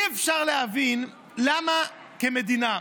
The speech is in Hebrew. אי-אפשר להבין למה כמדינה,